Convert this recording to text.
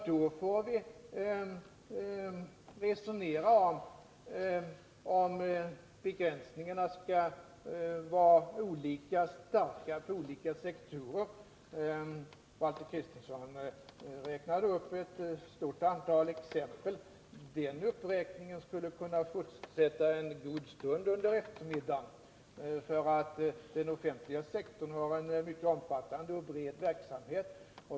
Då får vi resonera om huruvida begränsningarna skall vara olika starka på olika sektorer. Valter Kristenson räknade upp ett stort antal exempel. Den uppräkningen skulle kunna fortsätta en god stund under eftermiddagen, för den offentliga sektorn har en mycket omfattande och bred verksamhet.